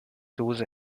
dose